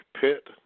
Pitt